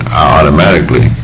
automatically